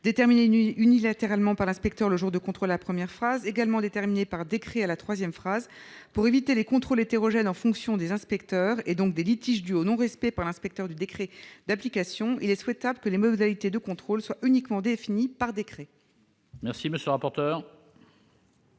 déterminées unilatéralement par l'inspecteur le jour du contrôle, selon la première phrase de l'alinéa 5, mais aussi déterminées par décret, selon la troisième phrase. Pour éviter des contrôles hétérogènes en fonction des inspecteurs, et donc des litiges dus au non-respect par l'inspecteur du décret d'application, il est souhaitable que les modalités de contrôle soient uniquement définies par décret. Quel est l'avis de